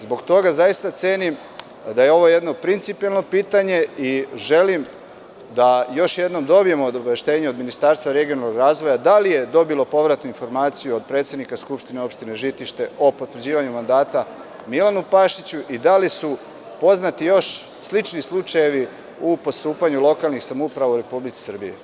Zbog toga zaista cenim da je ovo jedno principijelno pitanje i želim da još jednom dobijem obaveštenje od Ministarstva regionalnog razvoja, da li je dobilo povratnu informaciju od predsednika Skupštine opštine Žitište o potvrđivanju mandata Milanu Pašiću i da li su poznati još slični slučajevi u postupanju lokalnih samouprava u Republici Srbiji?